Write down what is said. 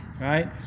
right